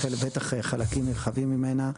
בטח חלקים נרחבים ממנה,